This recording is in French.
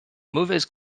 mauvaises